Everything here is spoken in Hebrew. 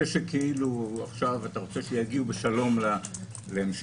אלה שעכשיו אתה רוצה שיגיעו בשלום להמשך